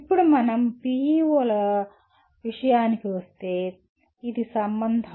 ఇప్పుడు మనం PEO లకు విషయానికి వస్తే ఇది సంబంధం